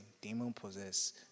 demon-possessed